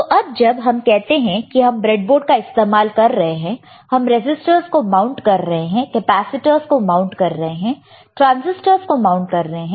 तो अब जब हम कहते हैं कि हम ब्रेडबोर्ड का इस्तेमाल कर रहे हैं हम रजिस्टरस को माउंट कर रहे हैं कैपेसिटरस को माउंट कर रहे हैं ट्रांसिस्टर्स को माउंट कर रहे हैं